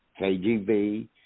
kgb